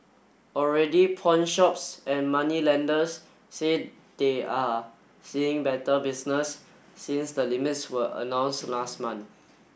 already pawnshops and moneylenders say they are seeing better business since the limits were announce last month